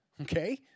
okay